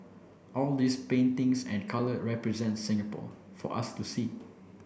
all these paintings and colour represent Singapore for us to see